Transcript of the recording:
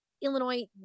Illinois